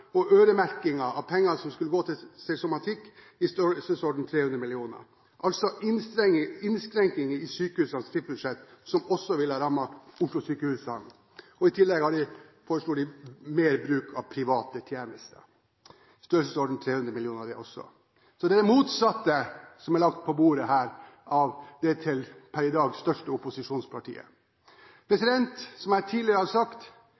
og øremerking av penger som skulle gå til somatikk, i størrelsesorden 300 mill. kr – altså innskrenkninger i sykehusenes driftsbudsjetter som også ville ha rammet Oslo-sykehusene. I tillegg foreslår de mer bruk av private tjenester, i størrelsesorden 300 mill. kr det også. Så det er det motsatte som er lagt på bordet her, av det per i dag største opposisjonspartiet. Som jeg tidligere har sagt,